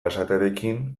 esatearekin